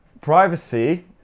Privacy